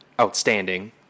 outstanding